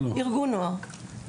ארגון נוער.